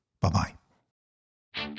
Bye-bye